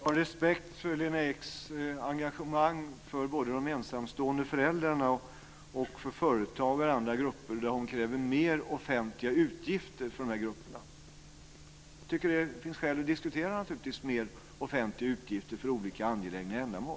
Fru talman! Jag har respekt Lena Eks engagemang för de ensamstående föräldrarna, för företagare och andra grupper som hon kräver mer offentliga utgifter för. Jag tycker naturligtvis att det finns skäl att diskutera mer offentliga utgifter för olika angelägna ändamål.